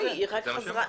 לא, היא רק חזרה.